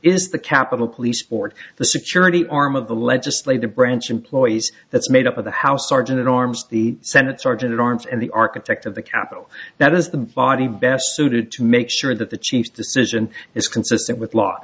is the capitol police board the security arm of the legislative branch employees that's made up of the house sergeant at arms the senate sergeant at arms and the architect of the capitol that is the body best suited to make sure that the chief decision is consistent with law